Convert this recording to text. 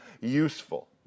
useful